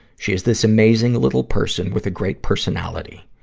she is this amazing little person with a great personality.